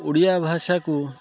ଓଡ଼ିଆ ଭାଷାକୁ